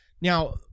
Now